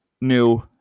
new